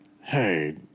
Hey